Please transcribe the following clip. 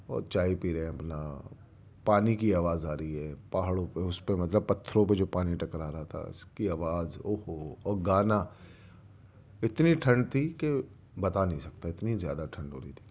اور چائے پی رہے ہیں اپنا پانی کی آواز آرہی ہے پہاڑوں پہ اُس پہ مطلب پتھروں پہ جو پانی ٹکرا رہا تھا اس کی آواز او ہو اور گانا اتنی ٹھنڈ تھی کہ بتا نہیں سکتا اتنی زیادہ ٹھنڈ ہو رہی تھی